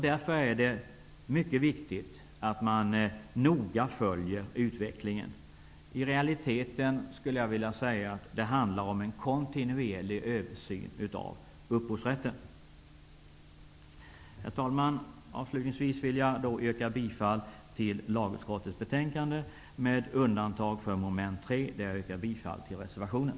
Därför är det viktigt att noga följa utvecklingen. I realiteten handlar det, skulle jag vilja säga, om en kontinuerlig översyn av upphovsrätten. Herr talman! Avslutningsvis yrkar jag bifall till utskottets hemställan, med undantag för mom. 3, där jag yrkar bifall till reservationen.